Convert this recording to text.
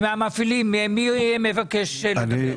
המפעילים, מי מבקש לדבר?